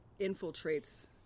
infiltrates